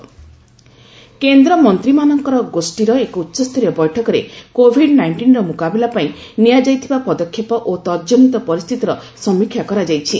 GoM review କେନ୍ଦ୍ର ମନ୍ତ୍ରୀମାନଙ୍କ ଗୋଷ୍ଠୀର ଏକ ଉଚ୍ଚସ୍ତରୀୟ ବୈଠକରେ କୋଭିଡ୍ ନାଇଷ୍ଟିନର ମୁକାବିଲା ପାଇଁ ନିଆଯାଇଥିବା ପଦକ୍ଷେପ ଓ ତତ୍ଜନିତ ପରିସ୍ଥିତିର ସମୀକ୍ଷା କରାଯାଇଛି